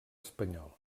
espanyol